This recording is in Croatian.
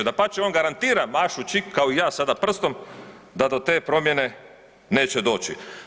Dapače on garantira mašući kao i ja sada prstom da do te promijene neće doći.